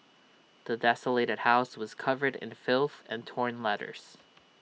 the desolated house was covered in filth and torn letters